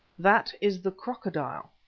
that is the crocodile,